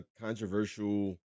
controversial